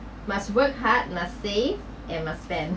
must work hard must save and must spend